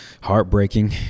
heartbreaking